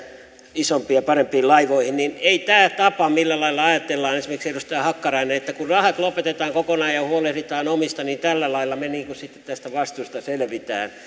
isompiin ja parempiin laivoihin ei tämä tapa toimi millä lailla ajattelee esimerkiksi edustaja hakkarainen että kun rahat lopetetaan kokonaan ja huolehditaan omista niin tällä lailla me sitten tästä vastuusta selvitään